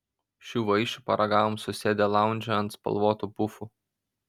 šių vaišių paragavom susėdę laundže ant spalvotų pufų